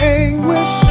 anguish